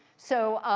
so,